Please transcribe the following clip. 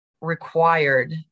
required